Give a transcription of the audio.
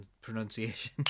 pronunciation